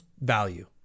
value